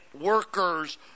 workers